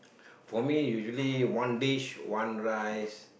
for me usually one dish one rice